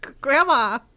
Grandma